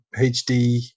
HD